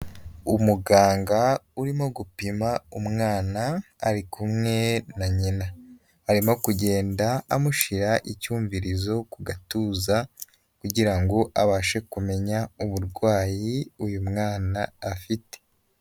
Umuganga urimo gupima umwana ari kumwe na nyina, arimo kugenda amushira icyumvirizo ku gatuza kugira ngo abashe kumenya uburwayi uyu mwana afite.